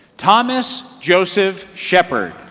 thomas joseph shepherd.